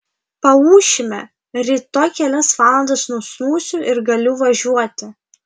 paūšime rytoj kelias valandas nusnūsiu ir galiu važiuoti